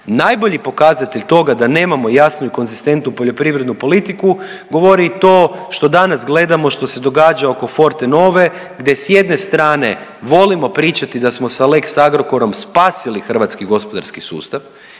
Najbolji pokazatelj toga da nemamo jasnu i konzistentnu poljoprivrednu politiku govori i to što danas gledamo što se događa oko Fortenove, gdje s jedne strane volimo pričati da smo sa lex Agrokorom spasili hrvatski gospodarski sustav